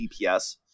DPS